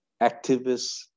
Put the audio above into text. activists